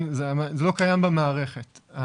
זה לא קיים במערכת.